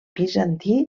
bizantí